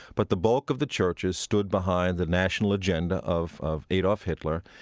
but the bulk of the churches stood behind the national agenda of of adolf hitler,